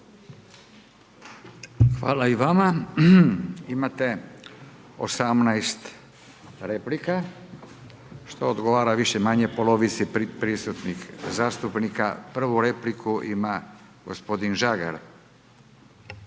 Hvala i vama. Imate 18 replika što odgovara više-manje polovici prisutnih zastupnika. Prvu repliku ima gospodin Žagar.